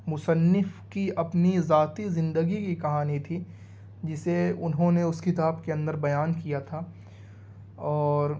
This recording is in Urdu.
مصنف کی اپنی ذاتی زندگی کی کہانی تھی جسے انہوں نے اس کتاب کے اندر بیان کیا تھا اور